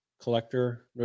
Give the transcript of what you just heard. Collector